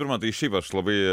pirma tai šiaip aš labai